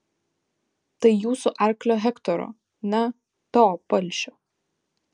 tai jūsų arklio hektoro na to palšio